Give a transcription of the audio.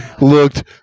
looked